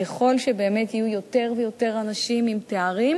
ככל שבאמת יהיו יותר ויותר אנשים עם תארים,